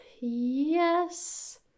yes